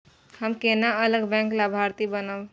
हम केना अलग बैंक लाभार्थी बनब?